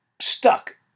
stuck